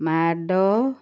ମାଡ଼